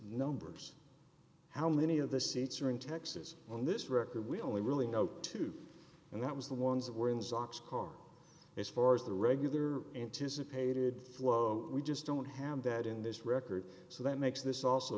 numbers how many of the seats are in texas on this record we only really know two and that was the ones that were in stocks car as far as the regular anticipated flow we just don't have that in this record so that makes this also